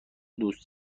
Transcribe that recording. دوست